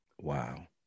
Wow